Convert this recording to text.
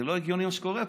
זה לא הגיוני מה שקורה פה.